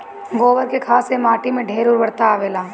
गोबर के खाद से माटी में ढेर उर्वरता आवेला